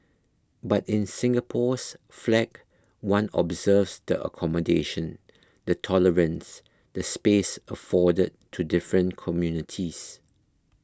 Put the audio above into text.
but in Singapore's flag one observes the accommodation the tolerance the space afforded to different communities